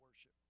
worship